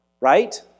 Right